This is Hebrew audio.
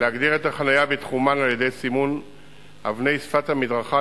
להגדיר את החנייה בתחומן על-ידי סימון אבני שפת המדרכה